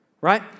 right